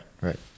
right